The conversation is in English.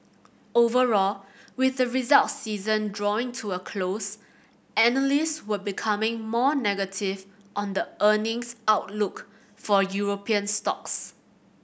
overall with the result season drawing to a close analyst were becoming more negative on the earnings outlook for European stocks